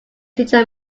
teacher